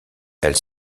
elle